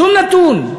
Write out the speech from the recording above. שום נתון.